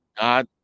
God